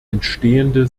entstehende